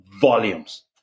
volumes